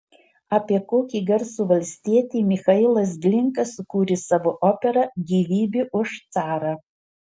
apie kokį garsų valstietį michailas glinka sukūrė savo operą gyvybė už carą